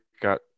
got